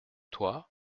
toi